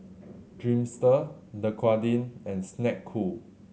Dreamster Dequadin and Snek Ku